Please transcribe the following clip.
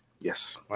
Yes